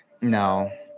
No